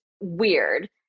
weird